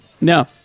No